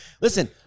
Listen